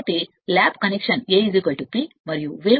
కాబట్టి lap connection A P కోసం మరియు వేవ్ కనెక్షన్ A 2 కోసం